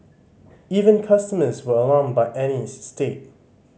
even customers were alarmed by Annie's state